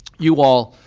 you all,